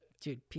Dude